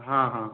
हाँ हाँ